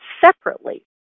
separately